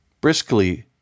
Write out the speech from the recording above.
briskly